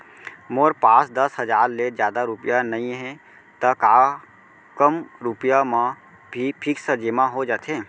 मोर पास दस हजार ले जादा रुपिया नइहे त का कम रुपिया म भी फिक्स जेमा हो जाथे?